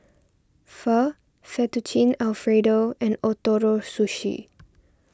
Pho Fettuccine Alfredo and Ootoro Sushi